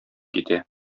китә